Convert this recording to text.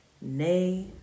nay